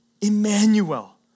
Emmanuel